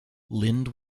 lind